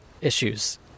issues